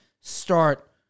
start